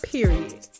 Period